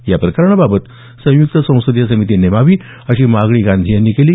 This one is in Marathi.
या प्रकरणाबाबत संयुक्त संसदीय समिती नेमावी अशी मागणी गांधी यांनी केली